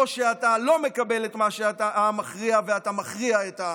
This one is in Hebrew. או שאתה לא מקבל את מה שהעם מכריע ואתה מכריע את העם.